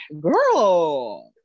girl